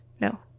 no